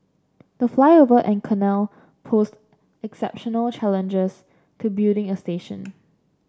the flyover and canal posed exceptional challenges to building a station